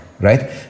right